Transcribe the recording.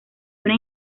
una